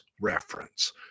reference